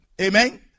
Amen